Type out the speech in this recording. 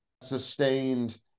sustained